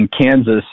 Kansas